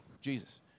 Jesus